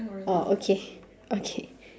orh okay okay